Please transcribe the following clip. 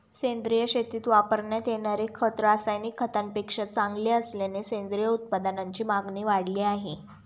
सेंद्रिय शेतीत वापरण्यात येणारे खत रासायनिक खतांपेक्षा चांगले असल्याने सेंद्रिय उत्पादनांची मागणी वाढली आहे